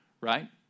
right